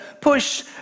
push